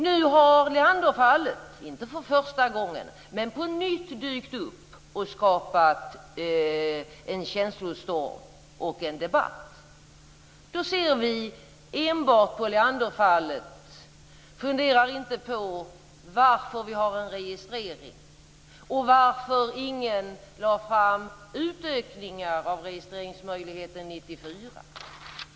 Nu har Leanderfallet - inte för första gången men på nytt - dykt upp och skapat en känslostorm och en debatt. Då ser vi enbart på Leanderfallet och funderar inte på varför vi har en registrering och varför ingen lade fram förslag om utökningar av registreringsmöjligheterna 1994.